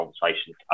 conversations